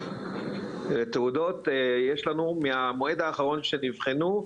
תעודות, יש לנו מהמועד האחרון שנבחנו,